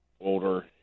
older